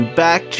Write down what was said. back